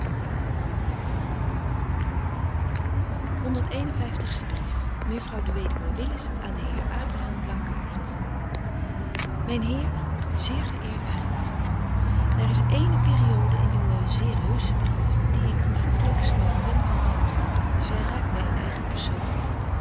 mejuffrouw de weduwe willis aan den heer abraham blankaart myn heer zeer ge eerde vriend daar is ééne periode in uwen zeer heusschen brief die ik gevoeglykst met de pen kan beantwoorden zy raakt my in eigen persoon